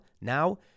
Now